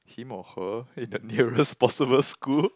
him or her in the nearest possible school